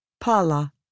Pala